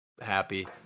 happy